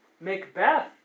Macbeth